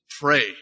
pray